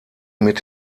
mit